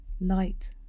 Light